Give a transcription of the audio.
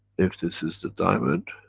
if this is the diamond.